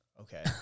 Okay